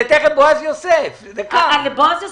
זה בועז יוסף.